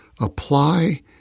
apply